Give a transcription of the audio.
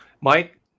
Mike